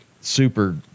super